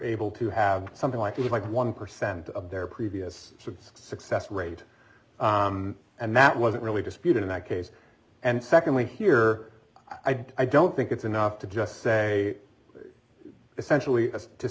able to have something like it like one percent of their previous success rate and that wasn't really disputed in that case and secondly here i don't think it's enough to just say essentially